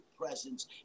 presence